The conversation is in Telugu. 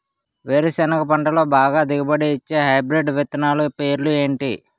వేరుసెనగ పంటలో బాగా దిగుబడి వచ్చే హైబ్రిడ్ విత్తనాలు పేర్లు ఏంటి?